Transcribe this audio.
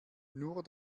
nur